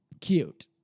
Cute